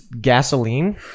gasoline